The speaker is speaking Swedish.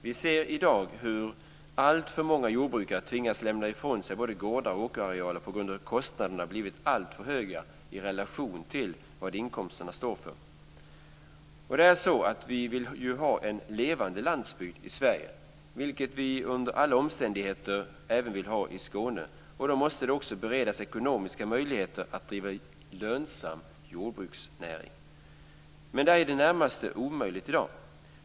Vi ser i dag hur alltför många jordbrukare tvingas lämna ifrån sig både gårdar och åkerarealer på grund av att kostnaderna blivit alltför höga i relation till inkomsterna. Om vi vill ha en levande landsbygd i Sverige, vilket vi under alla omständigheter vill ha i Skåne, måste det beredas ekonomiska möjligheter att driva lönsam jordbruksnäring. Detta är dock i det närmaste omöjligt i dag.